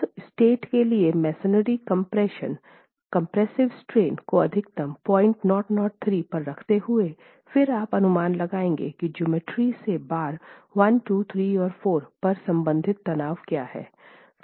उस स्टेट के लिए मसोनरी कम्प्रेशन कंप्रेसिव स्ट्रेन को अधिकतम 0003 पर रखते हुए फिर आप अनुमान लगाएंगे कि ज्योमेट्री से बार 1 2 3 और 4 पर संबंधित तनाव क्या है